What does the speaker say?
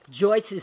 Joyce's